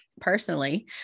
personally